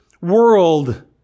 world